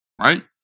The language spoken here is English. right